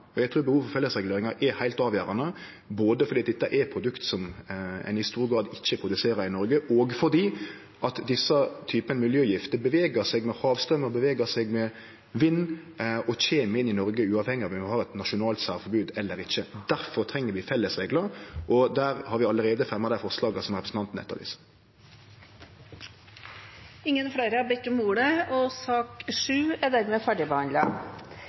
er heilt avgjerande, både fordi dette er produkt som ein i stor grad ikkje produserer i Noreg, og fordi denne typen miljøgifter beveger seg med havstraumar og vind og kjem inn i Noreg uavhengig av om det er eit nasjonalt særforbod eller ikkje. Difor treng vi felles reglar, og vi har allereie fremja dei forslaga som representanten etterlyser. Replikkordskiftet er omme. Flere har ikke bedt om ordet til sak